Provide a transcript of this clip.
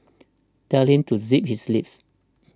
tell him to zip his lips